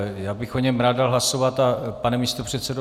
Já bych o něm rád dal hlasovat, pane místopředsedo.